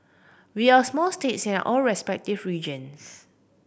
we are small states in our respective regions